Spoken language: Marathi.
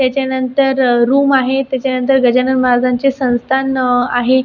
त्याच्यानंतर रूम आहे त्याच्यानंतर गजानन महाराजांचे संस्थान आहे